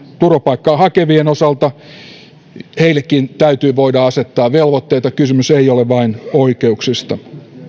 turvapaikkaa hakeville täytyy voida asettaa velvoitteita kysymys ei ole vain oikeuksista